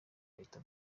bahita